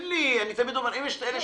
אני תמיד אומר: אם יש כאלה שחושבים.